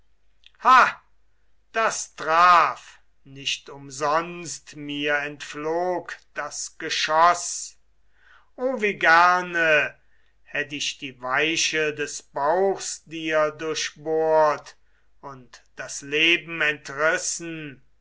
das traf nicht umsonst mir entflog das geschoß o wie gerne hätt ich die weiche des bauchs dir durchbohrt und das leben entrissen